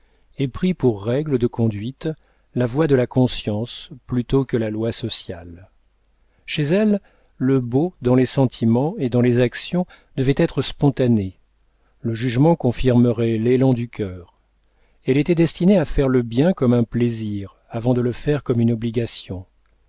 et prit pour règle de conduite la voix de la conscience plutôt que la loi sociale chez elle le beau dans les sentiments et dans les actions devait être spontané le jugement confirmerait l'élan du cœur elle était destinée à faire le bien comme un plaisir avant de le faire comme une obligation